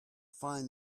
find